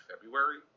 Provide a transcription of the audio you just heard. February